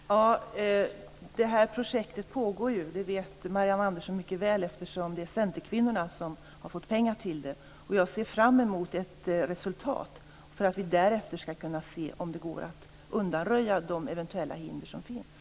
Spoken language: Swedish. Fru talman! Det här projektet pågår ju, det vet Marianne Andersson mycket väl, eftersom det är centerkvinnorna som har fått pengar till det. Jag ser fram emot ett resultat för att vi därefter skall kunna se om det går att undanröja de eventuella hinder som finns.